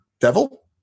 Devil